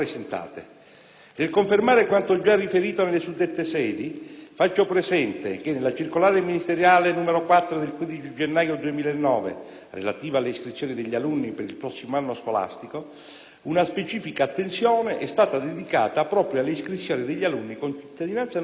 Nel confermare quanto già riferito nelle suddette sedi, faccio presente che nella circolare ministeriale n. 4 del 15 gennaio 2009, relativa alle iscrizioni degli alunni per il prossimo anno scolastico, una specifica attenzione è stata dedicata proprio alle iscrizioni degli alunni con cittadinanza non italiana,